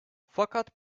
fakat